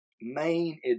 main